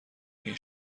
این